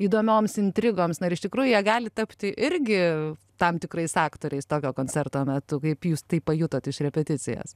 įdomioms intrigoms na ir iš tikrųjų jie gali tapti irgi tam tikrais aktoriais tokio koncerto metu kaip jūs tai pajutot iš repeticijas